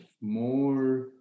more